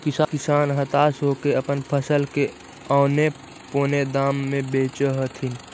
किसान हताश होके अपन फसल के औने पोने दाम में बेचऽ हथिन